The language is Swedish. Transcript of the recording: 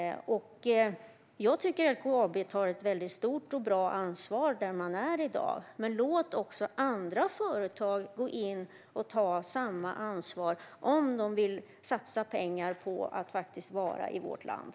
Jag tycker att LKAB tar ett väldigt stort och bra ansvar där man är i dag. Men låt också andra företag gå in och ta samma ansvar om de vill satsa pengar på att vara i vårt land!